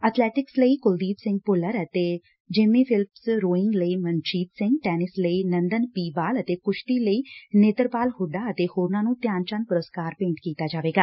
athletics ਲਈ ਕੁਲਦੀਪ ਸਿੰਘ ਭੁੱਲਰ ਅਤੇ Jincy Philips rowing ਲਈ ਮਨਜੀਤ ਸਿੰਘ ਟੈਨਿਸ ਲਈ ਨੰਦਨ ਪੀ ਬਾਲ ਅਤੇ ਕੁਸ਼ਤੀ ਲਈ ਨੇਤਰਪਾਲ ਹੁੱਡਾ ਤੇ ਹੋਰਨਾਂ ਨੂੰ ਧਿਆਨ ਚੰਦ ਪੁਰਸਕਾਰ ਭੇਂਟ ਕੀਤਾ ਜਾਏਗਾ